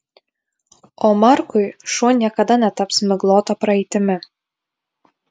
o markui šuo niekada netaps miglota praeitimi